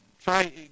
try